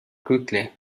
quickly